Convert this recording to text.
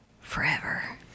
forever